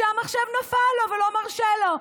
שהמחשב נפל לו ולא מרשה לו.